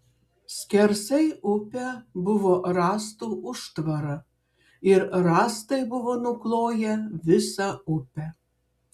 skersai upę buvo rąstų užtvara ir rąstai buvo nukloję visą upę